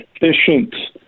efficient